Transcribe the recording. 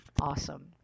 Awesome